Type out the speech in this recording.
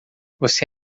você